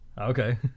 Okay